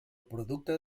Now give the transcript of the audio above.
producte